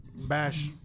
bash